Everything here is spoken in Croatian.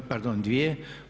Pardon, dvije.